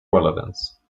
relevance